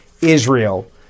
Israel